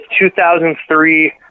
2003